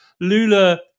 Lula